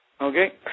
Okay